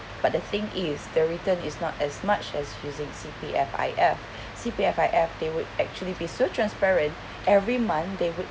but the thing is the return is not as much as using C_P_F_I_F C_P_F_I_F they would actually be so transparent every month they would